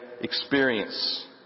experience